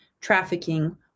trafficking